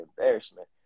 embarrassment